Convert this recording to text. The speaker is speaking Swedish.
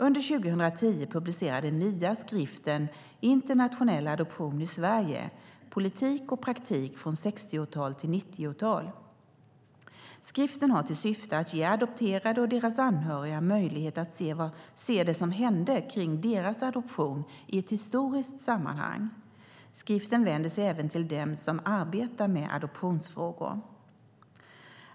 Under 2010 publicerade MIA skriften Internationell adoption i Sverige - politik och praktik från sextiotal till nittiotal . Skriften har till syfte att ge adopterade och deras anhöriga möjlighet att se det som hände kring deras adoption i ett historiskt sammanhang. Skriften vänder sig även till dem som arbetar med adoptionsfrågor.